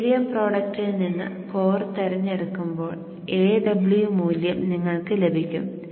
area പ്രൊഡക്ടിൽ നിന്ന് core തിരഞ്ഞെടുക്കുമ്പോൾ Aw മൂല്യം നിങ്ങൾക്കു ലഭിക്കും